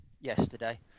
yesterday